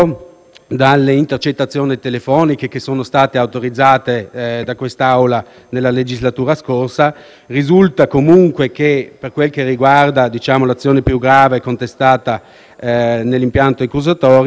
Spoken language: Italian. dalle intercettazioni telefoniche che sono state autorizzate dall'Assemblea nella scorsa legislatura, risulta che, per quel che riguarda l'azione più grave contestata nell'impianto accusatorio,